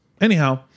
anyhow